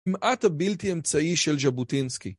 המעט הבלתי אמצעי של ז'בוטינסקי